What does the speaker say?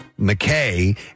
McKay